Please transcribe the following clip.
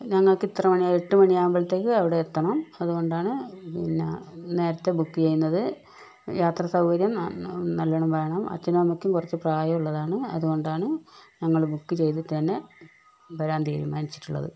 ഞങ്ങൾക്കിത്ര മണിയാണ് എട്ടു മണി ആകുമ്പോഴേക്കും അവിടെ എത്തണം അതുകൊണ്ടാണ് പിന്നെ നേരത്തെ ബുക്ക് ചെയ്യുന്നത് യാത്ര സൗകര്യം ന നല്ലോണം വേണം അച്ഛനും അമ്മയ്ക്കും കുറച്ചു പ്രായമുള്ളതാണ് അതുകൊണ്ടാണ് ഞങ്ങള് ബുക്ക് ചെയ്തിട്ട് തന്നെ വരാൻ തീരുമാനിച്ചിട്ടുള്ളത്